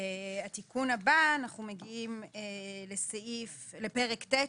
התיקון הבא הוא בפרק ט',